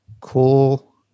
Cool